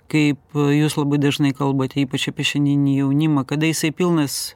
kaip jūs labai dažnai kalbate ypač apie šiandieninį jaunimą kada jisai pilnas